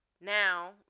now